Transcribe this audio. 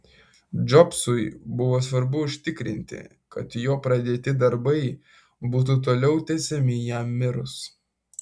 džobsui buvo svarbu užtikrinti kad jo pradėti darbai būtų toliau tęsiami jam mirus